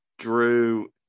Drew